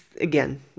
again